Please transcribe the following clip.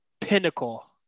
pinnacle